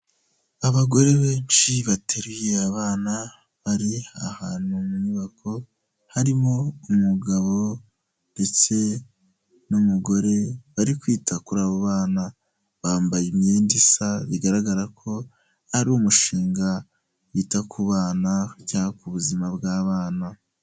Abagore benshi bateruye abana bari ahantu mu nyubako, harimo umugabo ndetse n'umugore bari kwita kuri abo bana, bambaye imyenda isa bigaragara ko ari umushinga wita ku bana cyangwa ku buzima bw'abana.